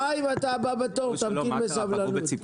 חיים, אתה הבא בתור, תמתין בסבלנות.